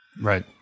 right